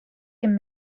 can